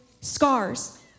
scars